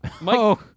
Mike